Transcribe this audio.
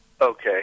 Okay